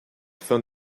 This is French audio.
fin